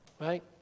Right